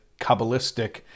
Kabbalistic